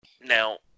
Now